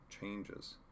changes